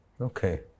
Okay